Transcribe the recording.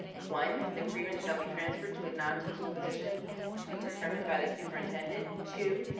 one, the grievant shall be transferred to a non-teaching position to be determined by the superintendent, two,